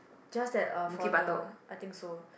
just that a for a I think so